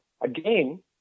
again